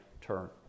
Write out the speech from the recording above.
turn